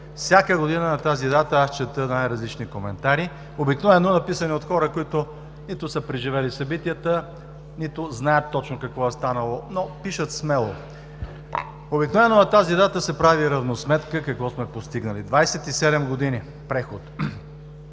Всяка година на тази дата чета най-различни коментари, обикновено написани от хора, които нито са преживели събитията, нито знаят точно какво е станало, но пишат смело. Обикновено на тази дата се прави равносметка какво сме постигнали за 27 години преход.